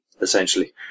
essentially